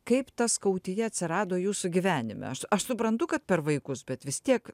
kaip ta skautija atsirado jūsų gyvenime aš aš suprantu kad per vaikus bet vis tiek